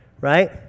right